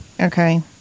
Okay